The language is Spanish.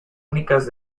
ricas